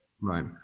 Right